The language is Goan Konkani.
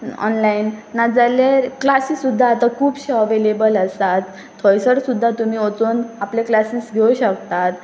ऑनलायन नाजाल्यार क्लासीस सुद्दां आतां खुबशे अवेलेबल आसात थंयसर सुद्दां तुमी वचून आपले क्लासीस घेवं शकतात